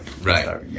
Right